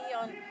on